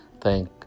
thank